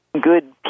good